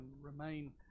remain